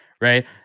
right